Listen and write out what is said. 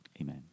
Amen